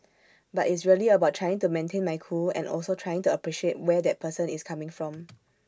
but it's really about trying to maintain my cool and also trying to appreciate where that person is coming from